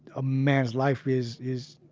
a man's life is, is,